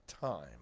time